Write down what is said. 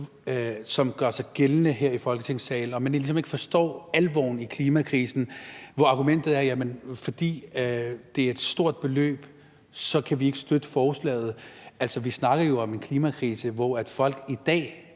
som gør sig gældende her i Folketingssalen, nemlig at man ligesom ikke forstår alvoren i klimakrisen. Argumentet er, at fordi det er et stort beløb, kan man ikke støtte forslaget. Altså, vi snakker jo om en klimakrise, som folk i dag